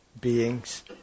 beings